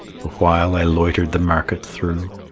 the while i loitered the market through,